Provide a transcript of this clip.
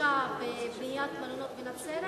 מושקעים בבניית מלונות בנצרת.